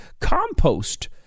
compost